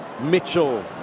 Mitchell